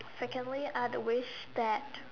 secondly I would wish that